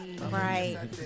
Right